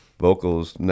vocals